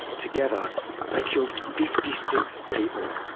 together they killed fifty six people.